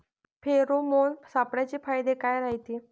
Pheromone सापळ्याचे फायदे काय रायते?